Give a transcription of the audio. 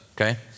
Okay